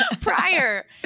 prior